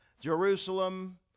Jerusalem